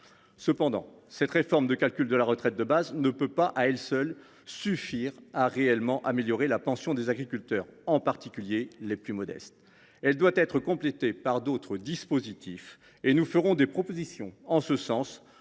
Cependant, cette réforme de calcul de la retraite de base ne peut, à elle seule, suffire à améliorer réellement la pension des agriculteurs, en particulier celle des plus modestes ; elle doit être complétée par d’autres dispositifs. Nous ferons des propositions en ce sens